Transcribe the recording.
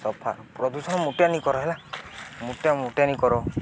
ସଫା ପ୍ରଦୂଷଣ ମୁଟେ ନିକର ହେଲା ମୁଟେ ମୁଟେ ନିକର